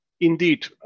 Indeed